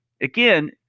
again